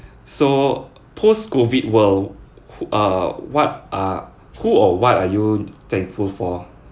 so post COVID world who err what are who or what are you thankful for